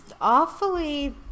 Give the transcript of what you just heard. awfully